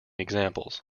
examples